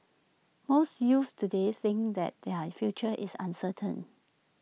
most youths today think that their future is uncertain